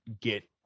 get